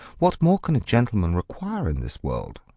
what more can a gentleman require in this world?